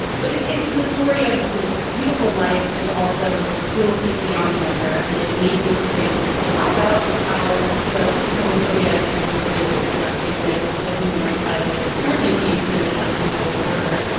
but it's the story of this beautiful life and also cruelty beyond measure. and it made me think a lot about how the homophobia and transphobia is intersecting with the human rights violations currently being committed at the u s. border.